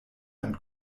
ein